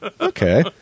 okay